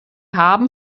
haben